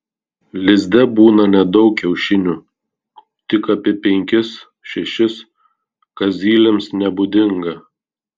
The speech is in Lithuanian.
lizde būna nedaug kiaušinių tik apie penkis šešis kas zylėms nebūdinga